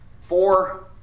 four